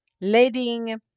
letting